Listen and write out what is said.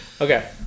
Okay